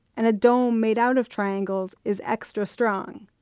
and a dome made out of triangles is extra strong.